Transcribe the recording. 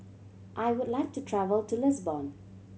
I would like to travel to Lisbon